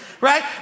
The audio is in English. right